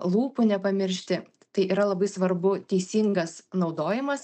lūpų nepamiršti tai yra labai svarbu teisingas naudojimas